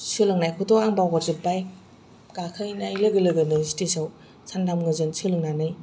सोलोंनायखौथ' आं बावगारजोबबाय गाखोहैबाय लोगो लोगोनो स्टेजाव सानथाम गोजो सोलोंनानै